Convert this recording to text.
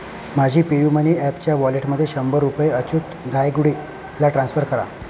माझी पेयुमनी ॲपच्या वॉलेटमधे शंभर रुपये अच्युत धायगुडेला ट्रान्सफर करा